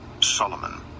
Solomon